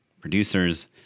producers